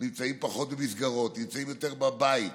נמצאים פחות במסגרות, נמצאים יותר בבית.